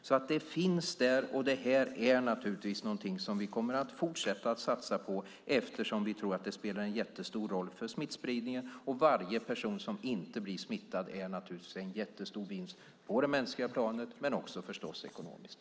Det finns alltså där. Och detta är naturligtvis någonting som vi kommer att fortsätta att satsa på, eftersom vi tror att det spelar en jättestor roll för smittspridningen. Varje person som inte blir smittad är naturligtvis en jättestor vinst på det mänskliga planet men förstås också ekonomiskt.